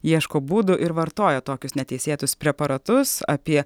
ieško būdų ir vartoja tokius neteisėtus preparatus apie